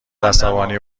عصبانی